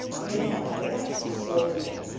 inhale. keep it nice and slow today.